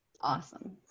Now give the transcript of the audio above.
awesome